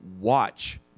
Watch